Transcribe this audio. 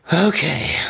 okay